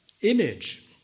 image